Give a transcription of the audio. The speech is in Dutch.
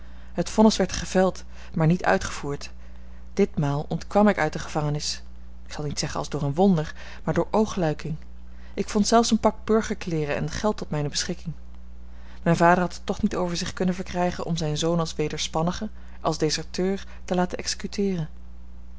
het vonnis werd geveld maar niet uitgevoerd ditmaal ontkwam ik uit de gevangenis ik zal niet zeggen als door een wonder maar door oogluiking ik vond zelfs een pak burgerkleeren en geld tot mijne beschikking mijn vader had het toch niet over zich kunnen verkrijgen om zijn zoon als wederspannige als deserteur te laten executeeren